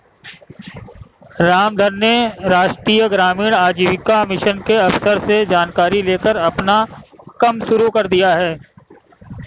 रामधन ने राष्ट्रीय ग्रामीण आजीविका मिशन के अफसर से जानकारी लेकर अपना कम शुरू कर दिया है